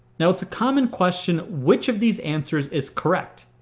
now it's a common question which of these answers is correct.